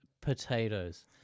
potatoes